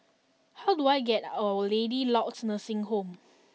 how do I get to Our Lady of Lourdes Nursing Home